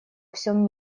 всем